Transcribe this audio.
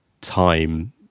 time